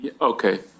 Okay